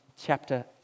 chapter